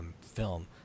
film